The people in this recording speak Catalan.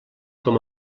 com